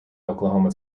oklahoma